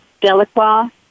Delacroix